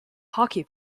hockey